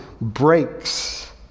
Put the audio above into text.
breaks